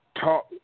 talk